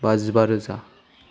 बाजिबारोजा